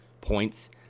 points